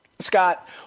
Scott